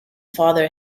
father